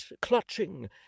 clutching